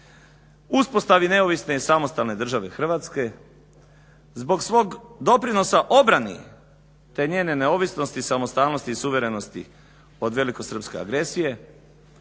uspostavi neovisne i samostalne države Hrvatske. zbog svog doprinosa obrani te njene neovisnosti i samostalnosti i suverenosti od velikosrpske agresije,